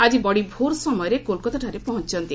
ଆଜି ବଡିଭୋର୍ ସମୟରେ କୋଲାକତାଠାରେ ପହଞ୍ଚୁଛନ୍ତି